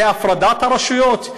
זה הפרדת הרשויות?